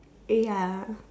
eh ya